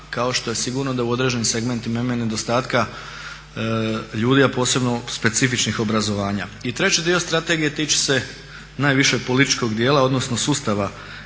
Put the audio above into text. kao što je sigurno da u određenim segmentima ima i nedostatka ljudi, a posebno specifičnih obrazovanja. I treći dio strategije tiče se najviše političkog dijela, odnosno sustava